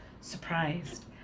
surprised